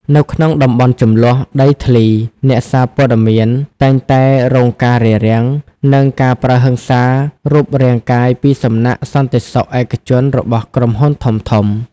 នៅក្នុងតំបន់ជម្លោះដីធ្លី អ្នកសារព័ត៌មានតែងតែរងការរារាំង និងការប្រើហិង្សារូបរាងកាយពីសំណាក់សន្តិសុខឯកជនរបស់ក្រុមហ៊ុនធំៗ។